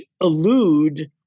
elude